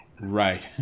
Right